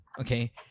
okay